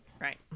Right